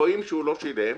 רואים שהוא לא שילם.